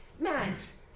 Max